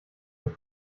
und